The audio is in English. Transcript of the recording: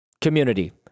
community